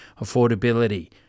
affordability